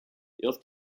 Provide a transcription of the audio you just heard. erst